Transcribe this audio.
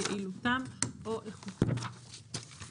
יעילותם או איכותם;